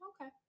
okay